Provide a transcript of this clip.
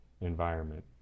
environment